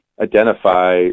identify